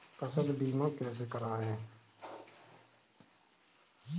फसल बीमा कैसे कराएँ?